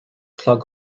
clog